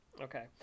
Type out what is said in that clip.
Okay